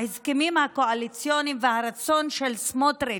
בהסכמים הקואליציוניים, מהדרישות של השותפים,